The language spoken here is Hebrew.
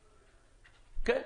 כן,